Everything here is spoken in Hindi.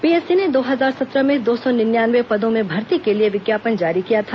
पीएससी ने दो हजार सत्रह में दो सौ निन्यानवे पदों में भर्ती के लिए विज्ञापन जारी किया था